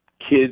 kids